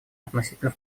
относительно